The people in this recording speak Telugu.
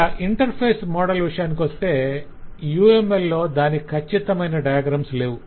ఇక ఇంటర్ఫేస్ మోడల్ విషయానికొస్తే UML లో దానికి కచ్చితమైన డయాగ్రమ్స్ లేవు